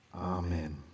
amen